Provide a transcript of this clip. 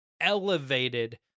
elevated